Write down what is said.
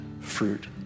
fruit